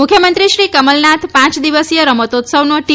મુખ્યમંત્રી શ્રી કમલનાથ પાંચ દિવસીથ રમતોત્સવનો ટી